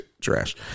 trash